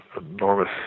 enormous